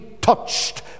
touched